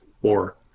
war